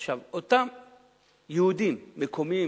עכשיו, אותם יהודים מקומיים